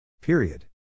Period